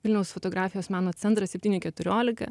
vilniaus fotografijos meno centrą septyni keturiolika